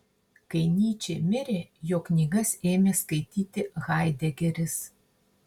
kai nyčė mirė jo knygas ėmė skaityti haidegeris